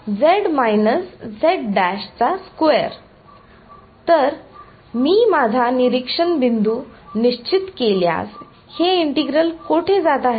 तर मी माझा निरीक्षण बिंदू निश्चित केल्यास हे इंटिग्रल कोठे जात आहे